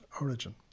origin